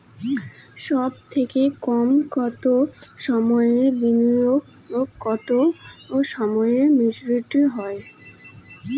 সবথেকে কম কতো সময়ের বিনিয়োগে কতো সময়ে মেচুরিটি হয়?